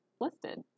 listed